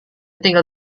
tinggal